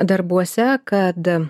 darbuose kad